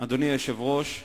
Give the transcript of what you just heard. אדוני היושב-ראש,